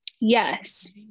Yes